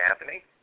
Anthony